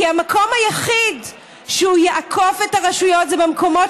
כי המקום היחיד שבו הוא יעקוף את הרשויות זה במקומות